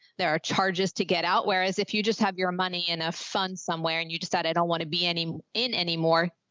there are charges to get out, whereas if you just have your money in a fund somewhere and you decided, i don't want to be any in anymore.